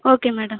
okay madam